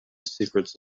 secrets